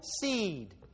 seed